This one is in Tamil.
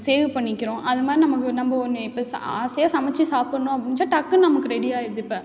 சேவ் பண்ணிக்கிறோம் அது மாதிரி நமக்கு நம்ம ஒன்று இப்போ சா ஆசையாக சமைச்சி சாப்பிட்ணும் அப்படி நெனைச்சா டக்குனு நமக்கு ரெடியாகிருது இப்போ